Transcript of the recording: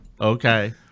Okay